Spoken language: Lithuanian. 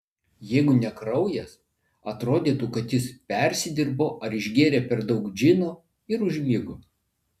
jeigu ne kraujas atrodytų kad jis persidirbo ar išgėrė per daug džino ir užmigo